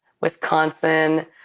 Wisconsin